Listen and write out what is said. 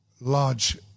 large